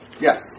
Yes